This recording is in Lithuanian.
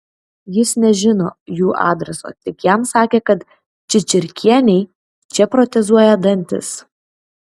jis nežino jų adreso tik jam sakė kad čičirkienei čia protezuoja dantis